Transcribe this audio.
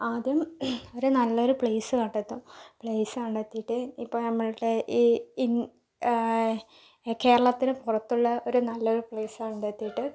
ആദ്യം ഒരു നല്ലൊരു പ്ലേസ് കണ്ടെത്തും പ്ലേസ് കണ്ടെത്തിയിട്ട് ഇപ്പോൾ നമ്മളുടെ ഈ ഇൻ ഈ കേരളത്തിന് പുറത്തുള്ള ഒരു നല്ലൊരു പ്ലേസ് കണ്ടെത്തിയിട്ട്